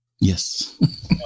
yes